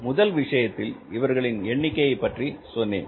முதல் விஷயத்தில் இவர்களின் எண்ணிக்கையை பற்றி சொன்னோம்